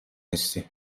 نیستی